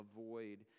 avoid